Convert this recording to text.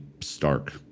stark